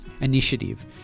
initiative